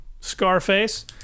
Scarface